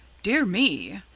dear me!